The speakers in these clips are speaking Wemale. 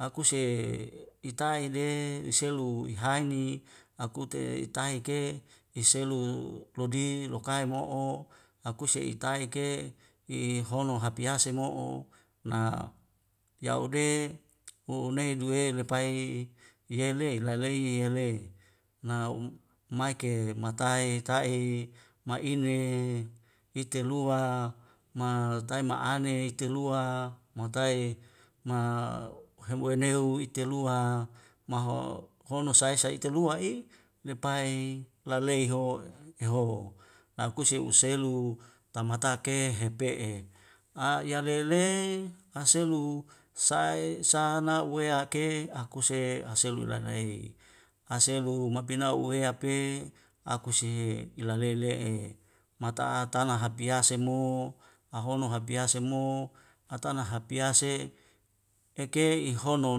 Akuse itai de iselu ihaini akune itai ke iselu lodi lokai mo'o akuse itai ke i hono hapiase mo'o na yau de hu'unei duwe lepai yele lalei yele na mai ke matae ta'e maine itelua matae ma'ane itelua matae ma huwam ehanehu i telua maho hono sa i sa telua i lepai laleiho leho lakuse uselu tamatake hepe'e a yalele aselu sai sa nawei hakei akuse haselu ilalai aselu ma pina uwea a pe akuse ilalele'e mata'atama hapiase semu ahono hapiase mu atana hapaise ekei ihono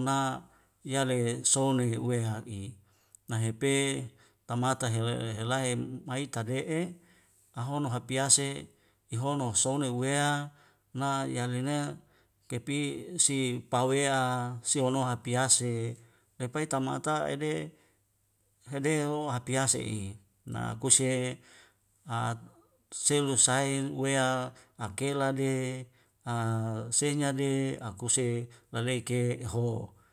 na yale sone he'weha'i nahepe tamaka he helai mai tade'e ahono hapiase ihono sone wea na yalena kepi si pawea si ono hapiase lepai tamata' ede hede o hapiase i na kuse e a selu sain wea akela de a sehnya de akuse lalei ke aho'